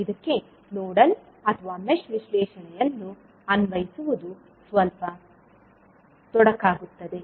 ಇದಕ್ಕೆ ನೋಡಲ್ ಅಥವಾ ಮೆಶ್ ವಿಶ್ಲೇಷಣೆಯನ್ನು ಅನ್ವಯಿಸುವುದು ಸ್ವಲ್ಪ ತೊಡಕಾಗುತ್ತದೆ